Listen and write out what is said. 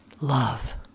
love